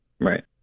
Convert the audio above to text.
right